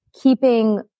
keeping